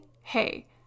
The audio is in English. hey